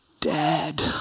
dead